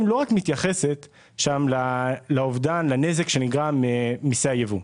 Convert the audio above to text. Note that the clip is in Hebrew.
לא רק מתייחסת לנזק שנגרם ממיסי הייבוא.